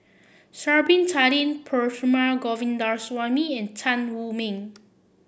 Sha'ari Bin Tadin Perumal Govindaswamy and Tan Wu Meng